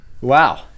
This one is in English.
Wow